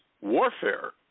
warfare